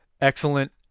Excellent